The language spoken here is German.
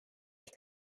ich